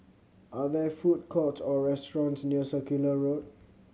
are there food courts or restaurants near Circular Road